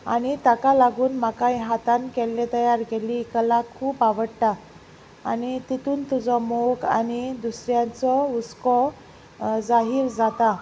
आनी ताका लागून म्हाकाय हातान केल्ले तयार केल्ली कला खूब आवडटा आनी तितून तुजो मोग आनी दुसऱ्यांचो हुस्को जाहीर जाता